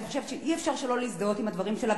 אני חושבת שאי-אפשר שלא להזדהות עם הדברים שלה,